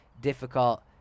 difficult